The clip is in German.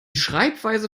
schreibweise